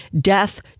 Death